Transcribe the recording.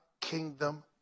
kingdom